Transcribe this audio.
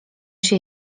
się